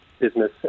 business